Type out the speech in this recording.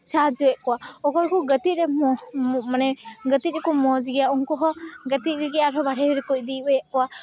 ᱥᱟᱦᱟᱡᱽᱡᱚᱭᱮᱜ ᱠᱚᱣᱟ ᱚᱠᱚᱭ ᱠᱚ ᱜᱟᱛᱮ ᱨᱮ ᱢᱟᱱᱮ ᱜᱟᱛᱮ ᱨᱮᱠᱚ ᱢᱚᱡᱽ ᱜᱮᱭᱟ ᱩᱱᱠᱩ ᱦᱚᱸ ᱜᱟᱛᱮ ᱞᱟᱹᱜᱤᱫ ᱟᱨᱦᱚᱸ ᱵᱟᱦᱨᱮ ᱨᱮᱠᱚ ᱤᱫᱤ ᱟᱹᱜᱩᱭᱮᱜ ᱠᱚᱣᱟ